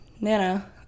Nana